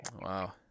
Wow